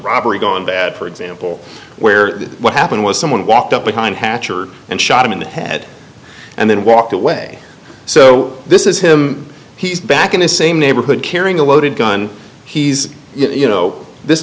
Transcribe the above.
robbery gone bad for example where what happened was someone walked up behind hatcher and shot him in the head and then walked away so this is him he's back in the same neighborhood carrying a loaded gun he's you know this